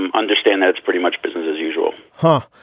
and understand that it's pretty much business as usual huh?